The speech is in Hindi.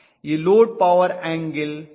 यह लोड पॉवर फैक्टर एंगल है